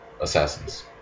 assassins